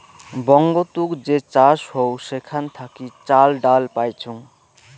বঙ্গতুক যে চাষ হউ সেখান থাকি চাল, ডাল পাইচুঙ